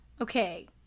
Okay